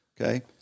Okay